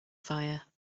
fire